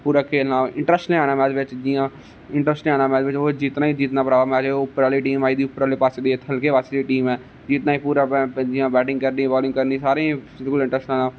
पूरा खेलना पूरा इंटरेस्ट लैना मैच बिच जि'यां इटंरेस्ट आना मैच बिच जित्तना गै जित्तना मैच उप्पर आहले पास्से दी इक टीम ऐ इक खलके पास्से दी टीम ऐ बेटिंग करनी बालिंग करनी